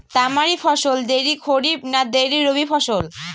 তামারি ফসল দেরী খরিফ না দেরী রবি ফসল?